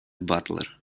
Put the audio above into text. батлер